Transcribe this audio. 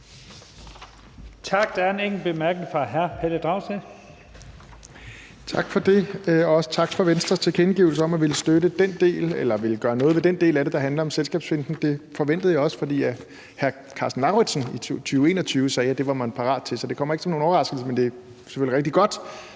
fra hr. Pelle Dragsted. Kl. 15:23 Pelle Dragsted (EL): Tak for det, og også tak for Venstres tilkendegivelse om at ville gøre noget ved den del af det, der handler om selskabsfinten. Det forventede jeg også, fordi hr. Karsten Lauritzen i 2021 sagde, at det var man parat til. Så det kommer ikke som nogen overraskelse, men det er selvfølgelig rigtig godt,